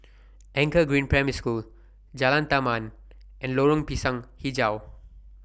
Anchor Green Primary School Jalan Taman and Lorong Pisang Hijau